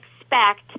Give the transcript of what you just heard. expect